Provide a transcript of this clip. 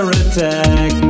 attack